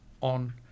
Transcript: on